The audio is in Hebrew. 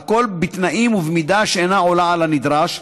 והכול בתנאים ובמידה שאינה עולה על הנדרש,